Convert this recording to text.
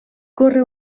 corre